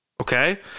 Okay